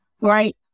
Right